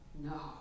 No